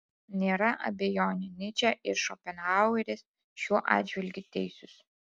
nėra abejonių nyčė ir šopenhaueris šiuo atžvilgiu teisūs